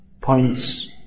points